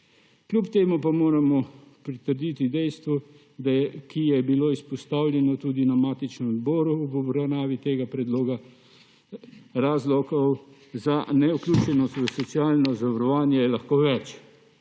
Kljub temu pa moramo pritrditi dejstvu, ki je bilo izpostavljeno tudi na matičnem odboru v obravnavi tega predloga, da je razlogov za nevključenost v socialno zavarovanje lahko več.